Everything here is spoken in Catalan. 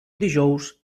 dijous